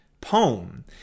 poem